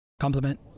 compliment